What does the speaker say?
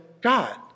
God